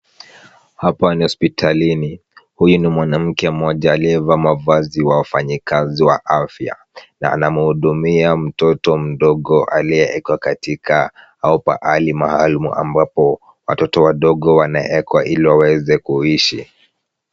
Hapa ni hospitalini. Huyu ni mwanamke mmoja aliyevaa mavazi wa wafanyikazi wa afya na anamhudumia mtoto mdogo aliyeekwa katika au pahali maalum ambapo watoto wadogo wanaekwa ili waweze kuishi.